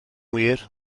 wir